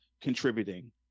contributing